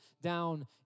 down